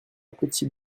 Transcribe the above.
petit